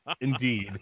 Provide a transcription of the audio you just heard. Indeed